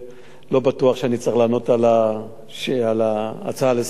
לא בטוח שאני צריך לענות על ההצעה לסדר-היום,